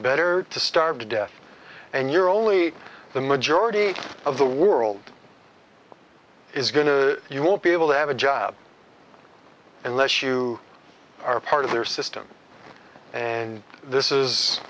better to starve to death and you're only the majority of the world is going to you won't be able to have a job unless you are part of their system and this is